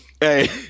hey